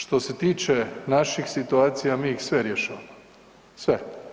Što se tiče naših situacija mi ih sve rješavamo, sve.